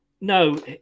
No